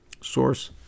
source